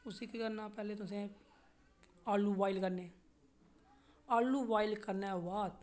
उसी केह् करना पैह्लें तुसें आलू बुआइल करने आलू बुआइल करियै करने दे बाद